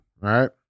right